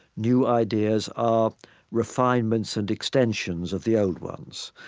new ideas are refinements and extensions of the old ones.